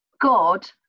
God